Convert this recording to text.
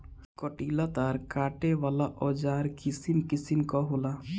कंटीला तार काटे वाला औज़ार किसिम किसिम कअ होला